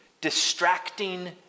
distracting